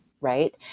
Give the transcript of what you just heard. right